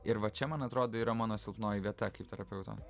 ir va čia man atrodo yra mano silpnoji vieta kaip terapeuto